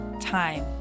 time